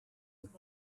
und